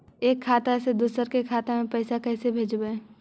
एक खाता से दुसर के खाता में पैसा कैसे भेजबइ?